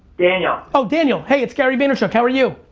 daniel. oh daniel. hey, it's gary vaynerchuk. how are you?